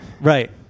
Right